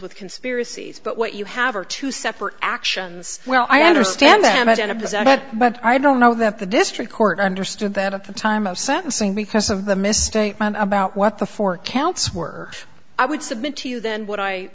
with conspiracies but what you have are two separate actions well i understand them as an observer but i don't know that the district court understood that at the time of sentencing because of the misstatement about what the four counts were i would submit to you then what i